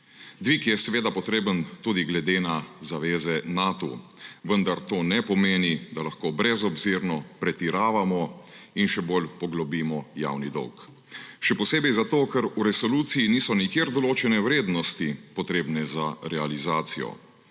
Dvig je potreben tudi glede na zaveze Natu, vendar to ne pomeni, da lahko brezobzirno pretiravamo in še bolj poglobimo javni dolg. Še posebej zato, ker v resoluciji niso nikjer določene vrednosti, potrebne za realizacijo.